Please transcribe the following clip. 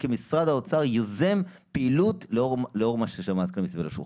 כי משרד האוצר יוזם פעילות לאור מה ששמעת כאן מסביב לשולחן.